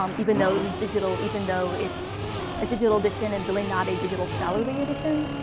um even though it was digital, even though it's a digital edition and really not a digital scholarly edition.